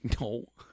No